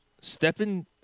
stepping